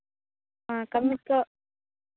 ᱚᱸᱻ ᱠᱟᱹᱢᱤ ᱛᱚ